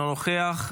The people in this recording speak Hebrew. אינו נוכח.